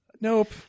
Nope